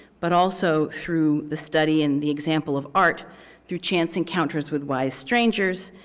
but also through the study and the example of art through chance encounters with wise strangers,